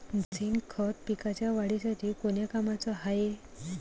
Zinc खत पिकाच्या वाढीसाठी कोन्या कामाचं हाये?